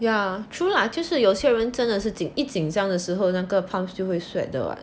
yeah true lah 就是有些人真的是紧一紧张的时候那个 palm 就会 sweat 的 [what]